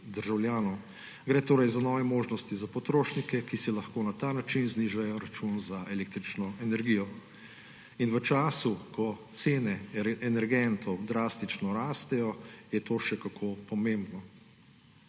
državljanov. Gre torej za nove možnosti za potrošnike, ki si lahko na ta način znižajo račun za električno energijo. In v času, ko cene energentov drastično rastejo, je to še kako pomembno.